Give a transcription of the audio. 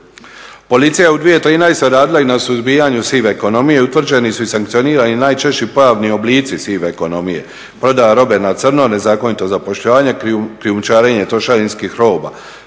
Policija je u 2013. radila i na suzbijanju sive ekonomije, utvrđeni su i sankcionirani najčešći pravni oblici sive ekonomije, prodaja robe na crno, nezakonito zapošljavanje, krijumčarenje trošarinskih roba,